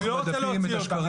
אני לא רוצה להוציא אותך.